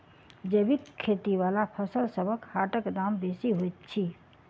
जैबिक खेती बला फसलसबक हाटक दाम बेसी होइत छी